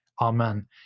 Amen